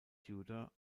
tudor